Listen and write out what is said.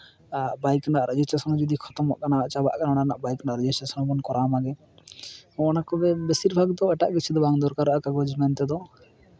ᱵᱟ ᱭᱤᱠ ᱨᱮᱱᱟᱜ ᱨᱮᱡᱤᱥᱴᱨᱮᱥᱚᱱ ᱡᱩᱫᱤ ᱠᱷᱚᱛᱚᱢᱚᱜ ᱠᱟᱱᱟ ᱪᱟᱵᱟᱜ ᱠᱟᱱᱟ ᱚᱱᱟ ᱨᱮᱱᱟᱜ ᱵᱟᱭᱤᱠ ᱨᱮᱱᱟᱜ ᱦᱚᱸ ᱨᱮᱡᱤᱥᱴᱨᱮᱥᱚᱱ ᱵᱚᱱ ᱠᱚᱨᱟᱣ ᱢᱟᱜᱮ ᱦᱚᱸᱜᱼᱚ ᱱᱚᱣᱟ ᱠᱚᱜᱮ ᱵᱤᱥᱤᱨ ᱵᱷᱟᱜᱽ ᱫᱚ ᱮᱴᱟᱜ ᱠᱤᱪᱷᱩ ᱫᱚ ᱵᱟᱝ ᱫᱡᱚᱨᱠᱟᱨᱚᱜᱼᱟ ᱠᱟᱜᱚᱡᱽ ᱢᱮᱱᱛᱮᱫᱚ